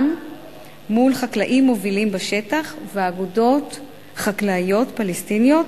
מול חקלאים מובילים בשטח ואגודות חקלאיות פלסטיניות,